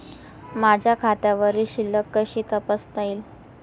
माझ्या खात्यावरील शिल्लक कशी तपासता येईल?